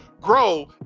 grow